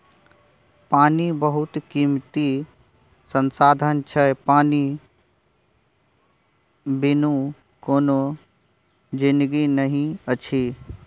पानि बहुत कीमती संसाधन छै पानि बिनु कोनो जिनगी नहि अछि